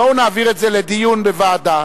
בואו נעביר את זה לדיון בוועדה